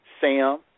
Sam